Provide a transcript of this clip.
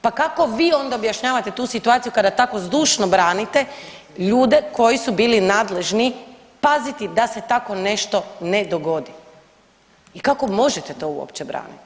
Pa kako vi onda objašnjavate tu situaciju kada tako zdušno branite ljude koji su bili nadležni paziti da se tako nešto ne dogodi i kako možete to uopće braniti?